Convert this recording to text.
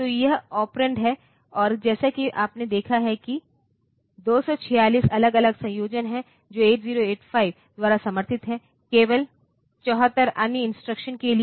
तो यह ऑपरेंड है और जैसा कि आपने देखा कि 246 अलग अलग संयोजन हैं जो 8085 द्वारा समर्थित हैं केवल 74 अन्य इंस्ट्रक्शंस के लिए